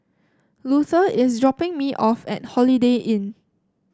Luther is dropping me off at Holiday Inn